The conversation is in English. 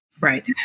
Right